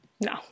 No